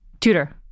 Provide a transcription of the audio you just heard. Tutor